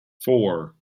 four